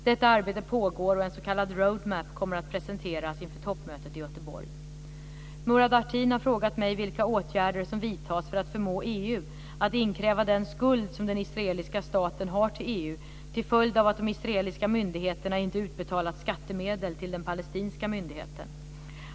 Detta arbete pågår och en s.k. roadmap kommer att presenteras inför toppmötet i Murad Artin har frågat mig vilka åtgärder som vidtas för att förmå EU att inkräva den skuld som den israeliska staten har till EU till följd av att de israeliska myndigheterna inte utbetalat skattemedel till den palestinska myndigheten.